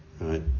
right